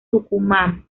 tucumán